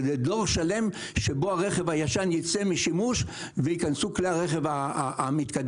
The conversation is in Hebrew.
זה דור שלם שבו הרכב הישן ייצא משימוש וייכנסו כלי הרכב המתקדמים.